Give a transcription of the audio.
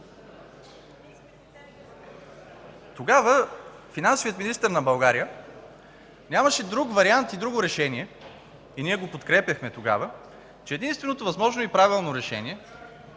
Тогава финансовият министър на България нямаше друг вариант и друго решение – ние го подкрепяхме по онова време, че единственото възможно и правилно решение